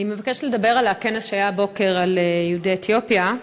אני מבקשת לדבר על הכנס שהיה הבוקר על יהודי אתיופיה,